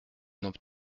nomme